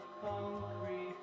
concrete